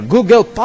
Google